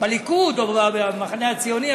בליכוד או במחנה הציוני,